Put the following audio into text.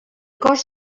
cos